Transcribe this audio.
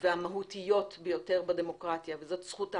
והמהותיות ביותר בדמוקרטיה וזאת זכות ההפגנה.